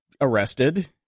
Arrested